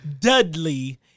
Dudley